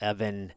Evan